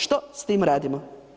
Što s tim radimo?